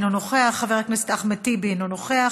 אינו נוכח,